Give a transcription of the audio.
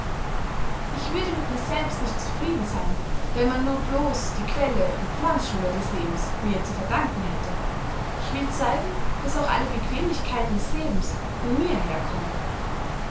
ich würde mit mir selbst nicht zufrieden seyn wenn man nur bloß die quelle und pflanzschule des lebens mir zu verdanken hätte ich will zeigen daß auch alle bequemlichkeiten des lebens von mir herkommen